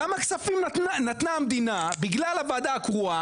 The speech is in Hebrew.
כמה כספים נתנה המדינה בגלל הוועדה הקרואה